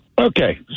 Okay